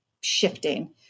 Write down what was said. shifting